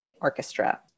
Orchestra